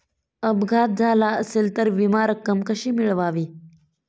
अपघात झाला असेल तर विमा रक्कम कशी मिळवावी?